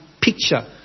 picture